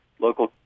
local